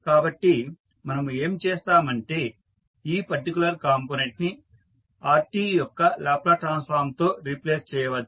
కాబట్టి మనము ఏమి చేస్తాము అంటే ఈ పర్టికులర్ కంపోనెంట్ ని Rt యొక్క లాప్లాస్ ట్రాన్సఫార్మ్ తో రీప్లేస్ చేయవచ్చు